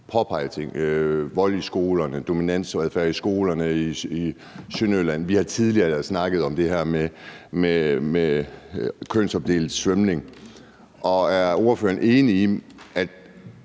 påpeget ting som vold i skolerne og dominansadfærd i skolerne i Sønderjylland, og vi har tidligere snakket om det her med kønsopdelt svømning. Og er ordføreren enig i, at